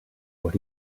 what